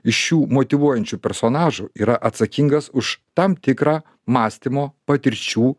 iš šių motyvuojančių personažų yra atsakingas už tam tikrą mąstymo patirčių